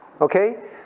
Okay